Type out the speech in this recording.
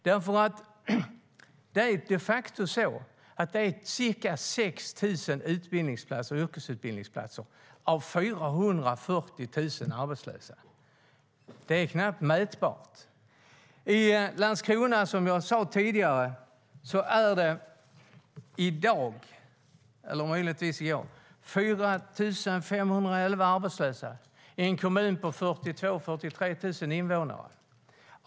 Det finns 440 000 arbetslösa och ca 6 000 yrkesutbildningsplatser. Det är knappt mätbart. Som jag sade tidigare är det i Landskrona i dag, eller möjligtvis i går, 4 511 arbetslösa, och det är en kommun med 42 000-43 000 invånare.